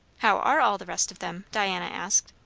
how are all the rest of them? diana asked.